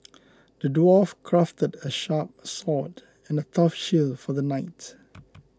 the dwarf crafted a sharp sword and a tough shield for the knight